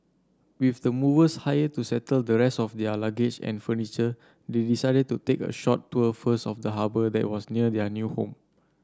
with the movers hired to settle the rest of their luggage and furniture they decided to take a short tour first of the harbour that was near their new home